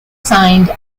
signed